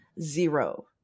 zero